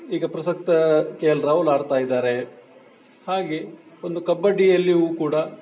ಈಗ ಪ್ರಸಕ್ತ K L Rahul ಆಡ್ತಾ ಇದ್ದಾರೆ ಹಾಗೆ ಒಂದು ಕಬಡ್ಡಿಯಲ್ಲಿಯೂ ಕೂಡ